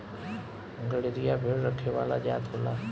गरेरिया भेड़ रखे वाला जात होला